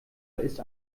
ist